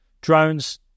Drones